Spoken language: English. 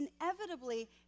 inevitably